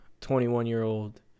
21-year-old